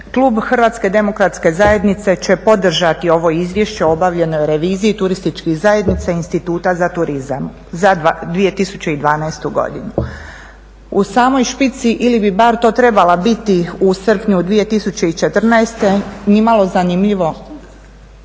klub Hrvatske demokratske zajednice će podržati ovo Izvješće o obavljenoj reviziji turističkih zajednica Instituta za turizam za 2012. godinu. U samoj špici ili bi bar to trebala biti u srpnju 2014. nimalo zanimljivo,